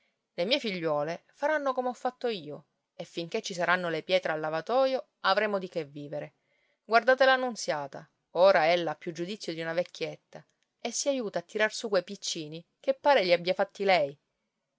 le mie figliuole faranno come ho fatto io e finché ci saranno le pietre al lavatoio avremo di che vivere guardate la nunziata ora ella ha più giudizio di una vecchietta e si aiuta a tirar su quei piccini che pare li abbia fatti lei